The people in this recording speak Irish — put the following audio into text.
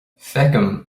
feicim